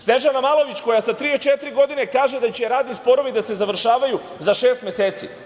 Snežana Malović, koja sa 34 godine kaže da će radni sporovi da se završavaju za šest meseci.